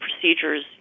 procedures